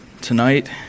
tonight